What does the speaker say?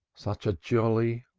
such a jolly,